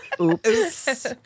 Oops